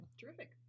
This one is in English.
Terrific